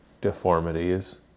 deformities